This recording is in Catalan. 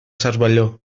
cervelló